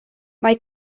mae